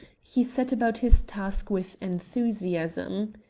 he set about his task with enthusiasm.